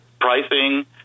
pricing